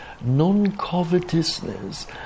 non-covetousness